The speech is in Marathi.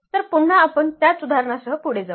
तर पुन्हा आपण त्याच उदाहरणासह पुढे जाऊ